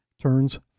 turns